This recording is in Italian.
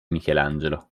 michelangelo